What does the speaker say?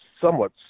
somewhat